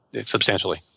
substantially